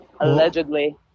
Allegedly